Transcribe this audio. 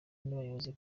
n’abayobozi